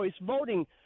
voting